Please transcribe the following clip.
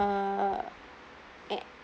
uh